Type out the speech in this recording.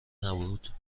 نبود